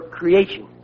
creation